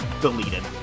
deleted